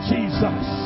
Jesus